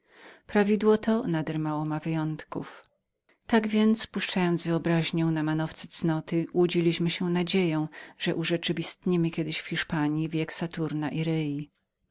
prawidło to nader mało ma wyjątków tak przypuszczając wyobraźnię na manowce cnoty łudziliśmy się nadzieją że rozpoczniemy kiedyś w hiszpanji wiek saturna i